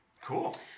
Cool